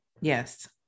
Yes